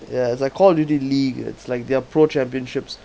ya it's like call of duty league it's like their pro championships